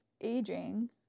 aging